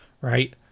right